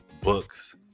books